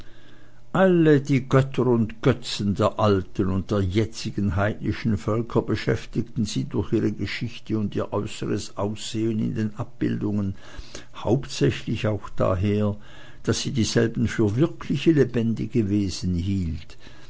alle die götter und götzen der alten und jetzigen heidnischen völker beschäftigten sie durch ihre geschichte und ihr äußeres aussehen in den abbildungen hauptsächlich auch daher daß sie dieselben für wirkliche lebendige wesen hielt